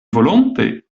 volonte